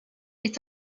est